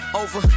over